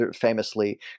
famously